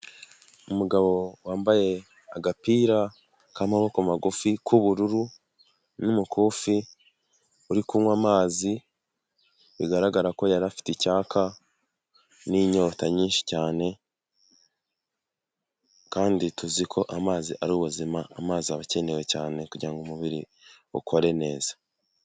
Umugabo wambaye agapira k'amaboko magufi k'ubururu n'umukufi, uri kunywa amazi, bigaragara ko yari afite icyaka n'inyota nyinshi cyane kandi tuzi ko amazi ari ubuzima. Amazi aba akenewe cyane kugira ngo umubiri ukore neza.